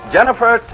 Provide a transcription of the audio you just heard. Jennifer